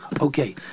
Okay